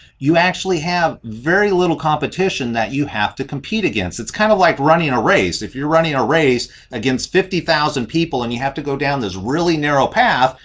you actually have very little competition that you have to compete against. it's kind of like running a race. if you're running a race against fifty thousand people and you have to go down there's really narrow path.